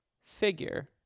figure